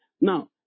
Now